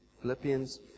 Philippians